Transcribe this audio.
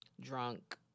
Drunk